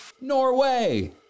Norway